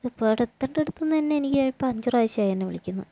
ഇതിപ്പം അവിടെ എത്തേണ്ടിടത്തുനിന്ന് തന്നെ എനിക്ക് ഇപ്പോൾ അഞ്ചു പ്രാവശ്യമായി എന്നെ വിളിക്കുന്നു